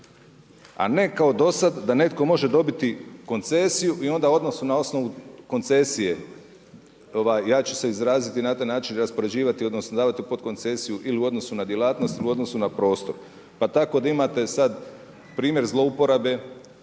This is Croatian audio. a ne kao dosad da netko može dobiti koncesiju i onda u odnosu na osnovu koncesije ja ću se izraziti na taj način raspoređivati, odnosno davati u podkoncesiju ili u odnosu na djelatnosti ili u odnosu na prostor, pa tako da imate sad primjer zlouporabe